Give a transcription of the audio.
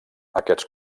aquests